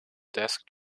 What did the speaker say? desk